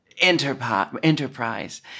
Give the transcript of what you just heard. enterprise